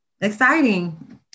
exciting